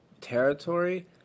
territory